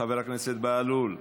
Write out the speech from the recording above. חבר הכנסת בהלול,